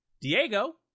diego